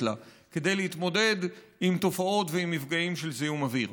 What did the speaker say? לה כדי להתמודד עם תופעות ועם מפגעים של זיהום אוויר.